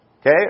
okay